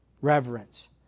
reverence